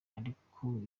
ariko